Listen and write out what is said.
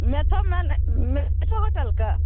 मैथोमैन मेसो होटलके